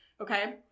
Okay